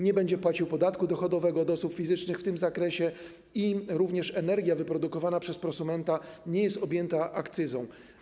Nie będzie płacił podatku dochodowego od osób fizycznych w tym zakresie, a energia wyprodukowana przez prosumenta nie jest objęta akcyzą.